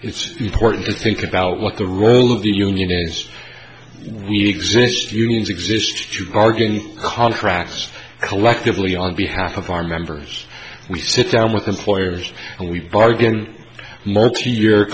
it's important to think about what the role of the union address really exist unions exist are going contracts collectively on behalf of our members we sit down with employers and we bargain multi y